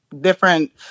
different